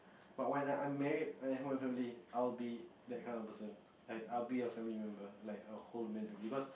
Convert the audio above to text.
but when I I'm married I have my own family I'll be that kind of person like I'll be a family member like I'll hold man to me because